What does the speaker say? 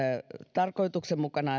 tarkoituksenmukaisena